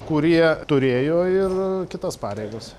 kurie turėjo ir kitas pareigas